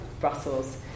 Brussels